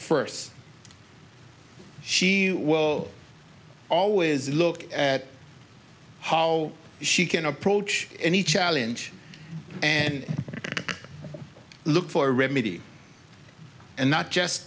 first she will always look at how she can approach any challenge and look for a remedy and not just